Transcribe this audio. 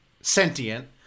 sentient